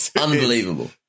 Unbelievable